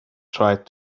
tried